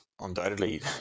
undoubtedly